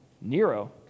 Nero